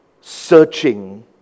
searching